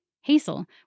Hazel